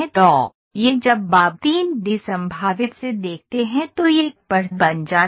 तो यह जब आप 3 डी संभावित से देखते हैं तो यह एक बढ़त बन जाता है